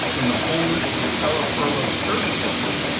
from the homeless to his fellow furlaud service workers.